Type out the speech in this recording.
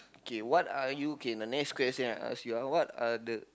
K what are you K the next question I ask you ah what are the